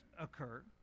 occur